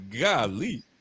Golly